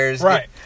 Right